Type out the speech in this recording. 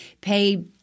pay